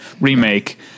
remake